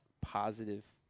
positive